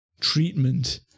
treatment